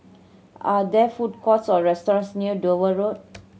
are there food courts or restaurants near Dover Road